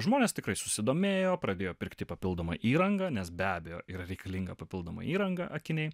žmonės tikrai susidomėjo pradėjo pirkti papildomą įrangą nes be abejo yra reikalinga papildoma įranga akiniai